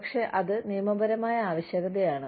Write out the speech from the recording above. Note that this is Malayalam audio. പക്ഷേ അത് നിയമപരമായ ആവശ്യകതയാണ്